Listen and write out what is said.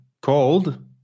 called